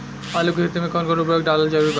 आलू के खेती मे कौन कौन उर्वरक डालल जरूरी बा?